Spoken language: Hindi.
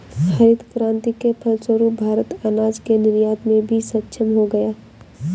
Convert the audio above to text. हरित क्रांति के फलस्वरूप भारत अनाज के निर्यात में भी सक्षम हो गया